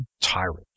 tyrant